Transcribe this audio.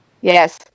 yes